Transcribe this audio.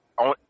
on